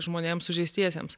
žmonėms sužeistiesiems